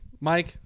Mike